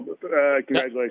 congratulations